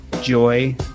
Joy